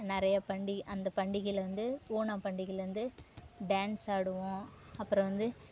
நிறைய பண்டிகை அந்த பண்டிகையில் வந்து ஓணம் பண்டிகையில் வந்து டேன்ஸ் ஆடுவோம் அப்புறம் வந்து